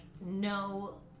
no